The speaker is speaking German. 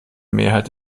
mehrheit